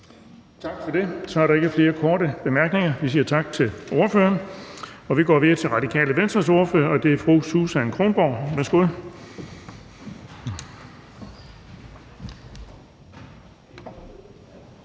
Tak for det. Så er der ikke flere korte bemærkninger. Vi siger tak til ordføreren og går videre til Venstres ordfører, og det er fru Heidi Bank. Værsgo.